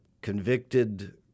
convicted